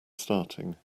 starting